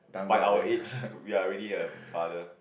by our age we are already a father